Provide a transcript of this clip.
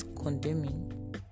condemning